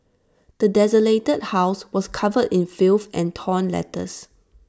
the desolated house was covered in filth and torn letters